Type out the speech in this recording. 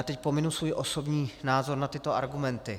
Teď pominu svůj osobní názor na tyto argumenty.